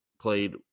played